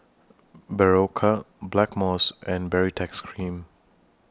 Berocca Blackmores and Baritex Cream